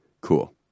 cool